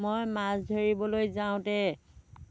মই মাছ ধৰিবলৈ যাওঁতে